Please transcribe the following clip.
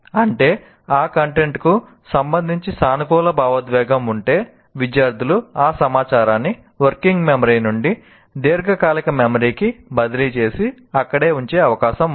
అంటే ఆ కంటెంట్కు సంబంధించి సానుకూల భావోద్వేగం ఉంటే విద్యార్థులు ఆ సమాచారాన్ని వర్కింగ్ మెమరీ నుండి దీర్ఘకాలిక మెమరీకి బదిలీ చేసి అక్కడే ఉంచే అవకాశం ఉంది